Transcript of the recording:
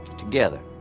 together